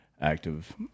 active